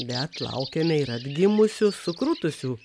bet laukiame ir atgimusių sukrutusių